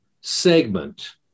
segment